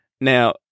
Now